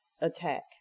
attack